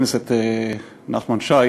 חבר הכנסת נחמן שי,